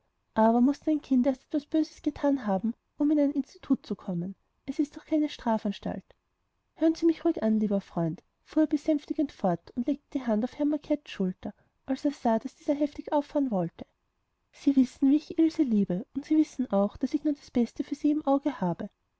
aber muß denn ein kind erst etwas böses gethan haben um in ein institut zu kommen es ist doch keine strafanstalt hören sie mich ruhig an lieber freund fuhr er besänftigend fort und legte die hand auf mackets schulter als er sah daß dieser heftig auffahren wollte sie wissen wie ich ilse liebe und wissen auch daß ich nur das beste für sie im auge habe